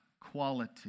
quality